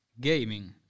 Gaming